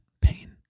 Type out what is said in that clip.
pain